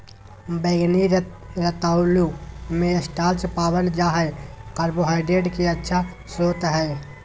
बैंगनी रतालू मे स्टार्च पावल जा हय कार्बोहाइड्रेट के अच्छा स्रोत हय